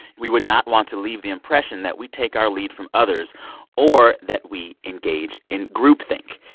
we would not want to leave the impression that we take our lead from others or that we engage in groupthink.